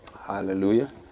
Hallelujah